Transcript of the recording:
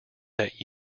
that